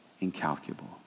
incalculable